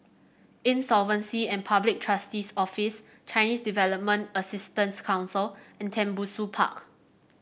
Insolvency and Public Trustee's Office Chinese Development Assistance Council and Tembusu Park